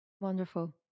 Wonderful